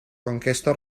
conquesta